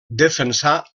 defensà